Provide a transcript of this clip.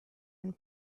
and